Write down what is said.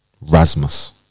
Rasmus